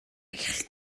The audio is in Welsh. eich